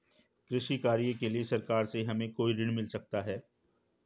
कृषि कार्य के लिए सरकार से हमें कोई ऋण मिल सकता है?